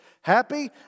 happy